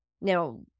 Now